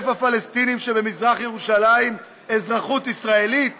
הפלסטינים שבמזרח ירושלים אזרחות ישראלית?